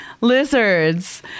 lizards